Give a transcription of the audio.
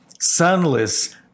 sunless